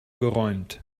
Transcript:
geräumt